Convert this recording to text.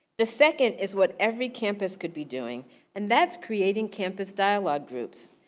the second is what every campus could be doing and that's creating campus dialog groups.